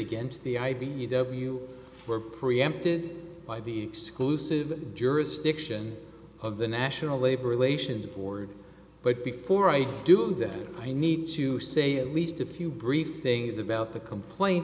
against the i b e w were preempted by the exclusive jurisdiction of the national labor relations board but before i do that i need to say at least a few brief things about the complaint